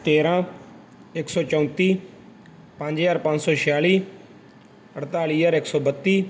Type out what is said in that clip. ਤੇਰ੍ਹਾਂ ਇੱਕ ਸੌ ਚੌਂਤੀ ਪੰਜ ਹਜ਼ਾਰ ਪੰਜ ਸੌ ਛਿਆਲੀ ਅਠਤਾਲੀ ਹਜ਼ਾਰ ਇੱਕ ਸੌ ਬੱਤੀ